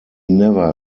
never